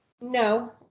No